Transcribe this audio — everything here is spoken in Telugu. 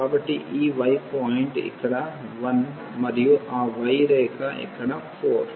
కాబట్టి ఈ y పాయింట్ ఇక్కడ 1 మరియు ఆ y రేఖ ఇక్కడ 4